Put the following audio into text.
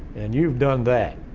and you've done that.